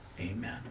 Amen